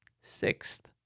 sixth